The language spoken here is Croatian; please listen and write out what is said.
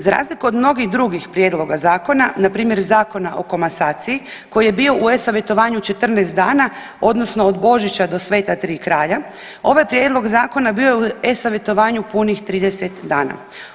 Za razliku od mnogih drugih prijedloga zakona npr. Zakona o komasaciji koji je bio u e-savjetovanju 14 dana odnosno od Božića do Sv. tri kralja, ovaj prijedlog zakona bio je u e-savjetovanju punih 30 dana.